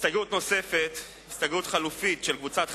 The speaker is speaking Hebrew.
הסתייגות נוספת, הסתייגות חלופית של קבוצת חד"ש,